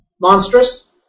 Monstrous